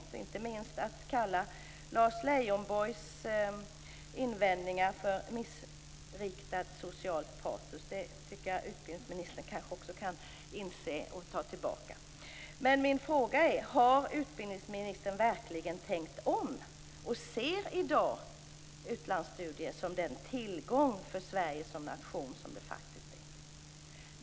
Inte minst var det ogenomtänkt att kalla Lars Leijonborgs invändningar för missriktat socialt patos. Det tycker jag att utbildningsministern också kan inse och ta tillbaka. Men min fråga är: Har utbildningsministern verkligen tänkt om? Ser han i dag utlandsstudier som den tillgång för Sverige som nation som de faktiskt är?